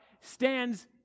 stands